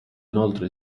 inoltre